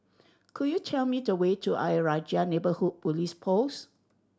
could you tell me the way to Ayer Rajah Neighbourhood Police Post